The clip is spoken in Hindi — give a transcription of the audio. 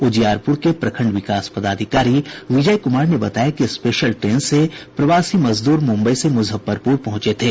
उजियारपुर के प्रखंड विकास पदाधिकारी विजय कुमार ने बताया कि स्पेशल ट्रेन से प्रवासी मजदूर मुंबई से मुजफ्फरपुर पहुंचे थे